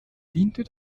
diente